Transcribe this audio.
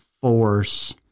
force